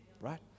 right